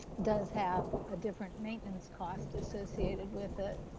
does have a different maintenance cost associated with it.